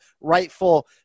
rightful